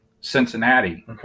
Cincinnati